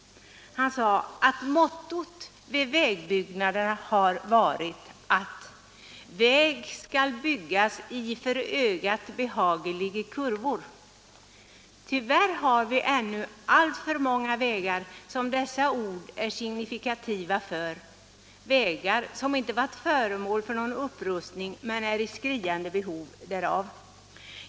Han sade att mottot vid vägbyggande har varit att ”vägarna skall byggas i för ögat behagelige kurvor”. Tyvärr har vi ännu alltför många vägar som dessa ord är signifikativa för, vägar som inte har rustats upp men som är i skriande behov därav.